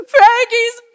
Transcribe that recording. Frankie's